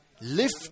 lift